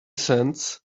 cents